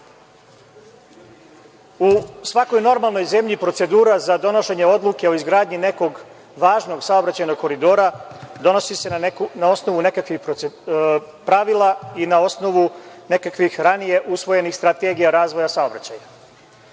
U svakoj normalnoj zemlji procedura za donošenje odluke o izgradnji nekog važnog saobraćajnog koridora donosi se na osnovu nekih pravila i na osnovu nekakvih ranije usvojenih strategija razvoja saobraćaja.